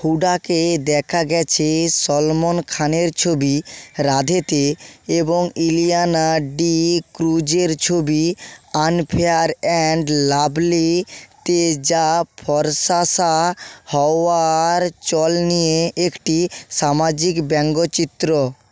হুডাকে দেখা গেছে সলমন খানের ছবি রাধেতে এবং ইলিয়ানা ডি ক্রুজের ছবি আনফেয়ার অ্যাণ্ড লাভলি তে যা ফর্সা হওয়ার চল নিয়ে একটি সামাজিক ব্যঙ্গচিত্র